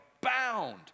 bound